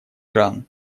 иран